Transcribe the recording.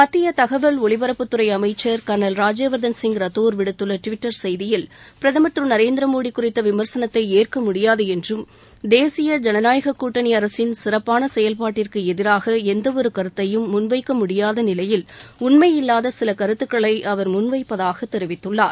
மத்திய தகவல் ஒலிபரப்புத்துறை அமைச்சர் கர்னல் ராஜ்யவர்தன் சிங் ரத்தோர் விடுத்துள்ள ட்விட்டர் செய்தியில் பிரதமர் திரு நரேந்திர மோடி குறித்த விமர்சனத்தை ஏற்க முடியாது என்றும் தேசிய ஜனநாயக கூட்டணி அரசின் சிறப்பான செயல்பாட்டிற்கு எதிராக எந்தவொரு கருத்தையும் முன்வைக்க முடியாத நிலையில் உண்மை இல்லாத சில கருத்துக்களை அவர் முன்வைப்பதாக தெரிவித்துள்ளார்